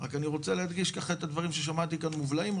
רק אני רוצה להדגיש ככה את הדברים ששמעתי כאן מובלעים,